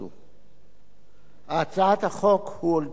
הצעת החוק הועלתה היום למליאת הכנסת